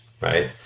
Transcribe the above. Right